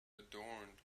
adorned